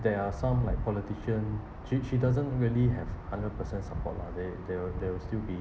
there are some like politician she she doesn't really have hundred percent support lah they they'll they'll still be